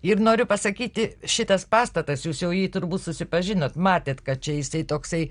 ir noriu pasakyti šitas pastatas jūs jau jį turbūt susipažinot matėt kad čia jisai toksai